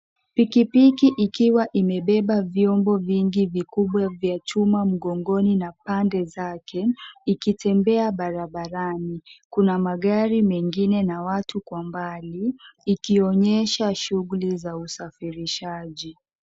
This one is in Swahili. Pikipiki ikiwa imebeba vyombo vingi vikubwa vya chuma mgongoni na pande zake, ikitembea barabarani. Kuna magari mengine na watu kwa mbali, ikionyesha shughuli za usafirishaji.